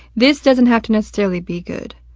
this doesn't have to necessarily be good,